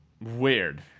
Weird